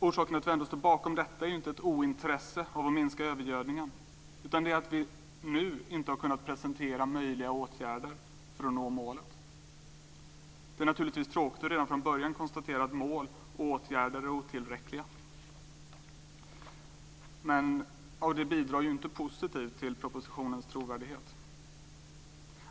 Orsaken till att vi ändå står bakom detta är inte ett ointresse av att minska övergödningen, utan det är att vi nu inte har kunnat presentera möjliga åtgärder för att nå målet. Det är naturligtvis tråkigt att redan från början konstatera att mål och åtgärder är otillräckliga, och det bidrar inte positivt till propositionens trovärdighet.